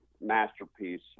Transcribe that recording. masterpiece